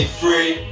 free